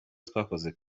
twakoze